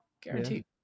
Guaranteed